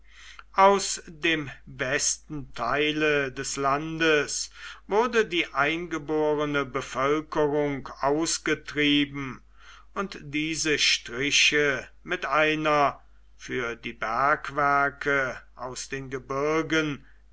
aus dem besten teile des landes wurde die eingeborene bevölkerung ausgetrieben und diese striche mit einer für die bergwerke aus den gebirgen